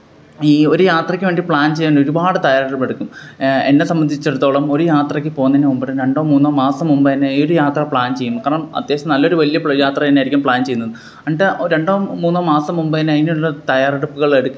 ഈയൊരു യാത്രക്ക് വേണ്ടി പ്ലാന് ചെയ്യാനൊരുപാട് തയ്യാറെടുപ്പെടുക്കും എന്നെ സംബന്ധിച്ചിടത്തോള ഒര് യാത്രക്ക് പോകുന്നതിന് മുമ്പൊരു രണ്ടോ മൂന്നോ മാസം മുമ്പ് തന്നെ ആ ഒരു യാത്ര പ്ലാൻ ചെയ്യും കാരണം അത്യാവശ്യം നല്ലൊരു വലിയ പ്ല യാത്ര തന്നെ ആയിരിക്കും പ്ലാന് ചെയ്യുന്നത് എന്നിട്ട് ഒര് രണ്ടോ മൂന്നോ മാസം മുമ്പ്തന്നെ അതിനുള്ള തയാറെടുപ്പുകൾ എടുക്കുകയും ചെയ്യും